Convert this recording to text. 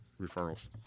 referrals